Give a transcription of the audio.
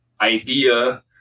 idea